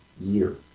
year